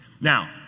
Now